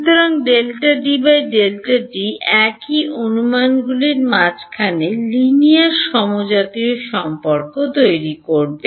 সুতরাং একই অনুমানগুলি মাঝারি লিনিয়ার সমজাতীয় সমস্ত সম্পর্কে তৈরি করবে